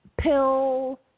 pill